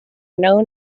known